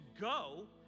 go